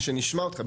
שנשמע אותך.